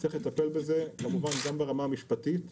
צריך לטפל בזה, כמובן גם ברמה המשפטית,